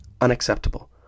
unacceptable